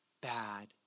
bad